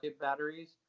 batteries